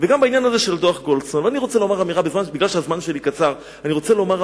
גם בעניין הזה של דוח גולדסטון אני רוצה לומר אמירה,